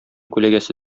күләгәсе